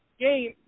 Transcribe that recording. game